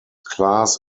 class